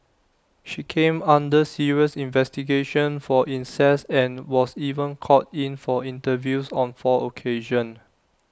she came under serious investigation for incest and was even called in for interviews on four occasions